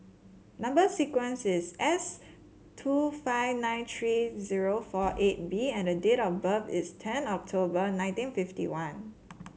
number sequence is S two five nine three zero four eight B and the date of birth is ten October nineteen fifty one